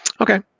Okay